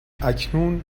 اکنون